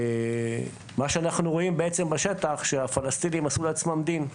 מה שאנחנו רואים בשטח שהפלסטינים עשו לעצמם דין,